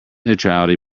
neutrality